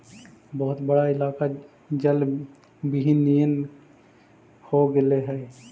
बहुत बड़ा इलाका जलविहीन नियन हो गेले हई